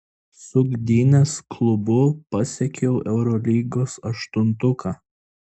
su gdynės klubu pasiekiau eurolygos aštuntuką